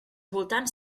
voltants